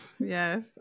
Yes